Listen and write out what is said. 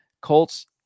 Colts